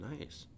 Nice